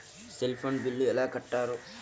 Cell phone bill ఎలా కట్టారు?